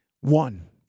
One